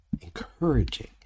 encouraging